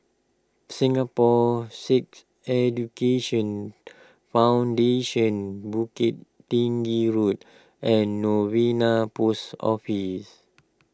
Singapore Sikh Education Foundation Bukit Tinggi Road and Novena Post Office